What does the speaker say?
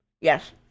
Yes